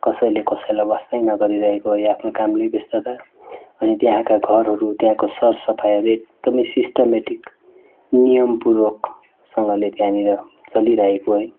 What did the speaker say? कसैले कसैलाई वास्तै नगरिरहेको आफ्नो कामले व्यस्तता अनि त्यहाँका घरहरू त्यहाँका सरसफाइले एकदम सिस्टमेटिक नियमपूर्वक सँगले त्यहाँनिर चलिरहेको है